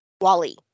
Wally